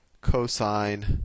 cosine